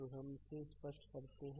तो हम इसे स्पष्ट करते हैं